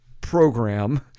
program